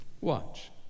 Watch